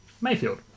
Mayfield